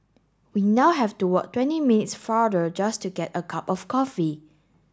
we now have to walk twenty minutes farther just to get a cup of coffee